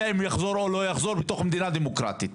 אם יחזור או לא יחזור בתוך מדינה דמוקרטית.